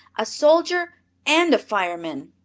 a soldier and a fireman.